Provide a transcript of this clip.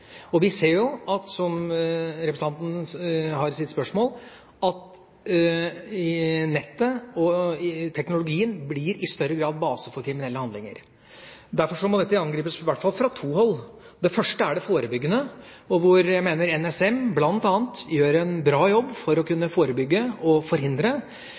Vi ser jo, som representanten sier, at nettet og teknologien i større grad blir en base for kriminelle handlinger. Derfor må dette angripes i hvert fall fra to hold. Det første er det forebyggende, hvor jeg mener NSM bl.a. gjør en bra jobb for å kunne forebygge og forhindre.